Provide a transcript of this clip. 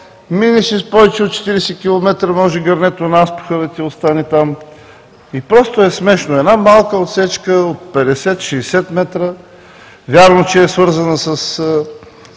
минеш ли с повече от 40 км, може гърнето на ауспуха да ти остане там. Просто е смешно една малка отсечка от 50 – 60 м, вярно, че е свързана